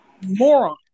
moron